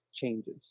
changes